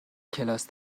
کلاس